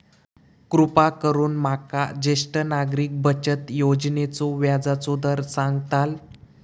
कृपा करून माका ज्येष्ठ नागरिक बचत योजनेचो व्याजचो दर सांगताल